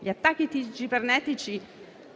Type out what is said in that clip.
Gli attacchi cibernetici